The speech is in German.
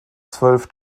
zwölf